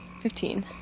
Fifteen